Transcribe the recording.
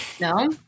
no